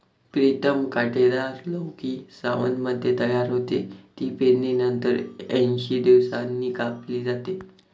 प्रीतम कांटेदार लौकी सावनमध्ये तयार होते, ती पेरणीनंतर ऐंशी दिवसांनी कापली जाते